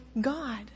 God